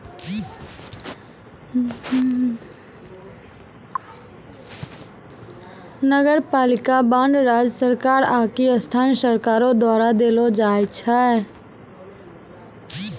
नगरपालिका बांड राज्य सरकार आकि स्थानीय सरकारो द्वारा देलो जाय छै